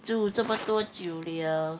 住怎么多久 liao